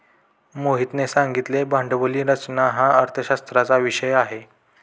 मोहितने सांगितले भांडवली रचना हा अर्थशास्त्राचा विषय आहे